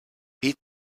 pit